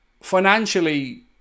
financially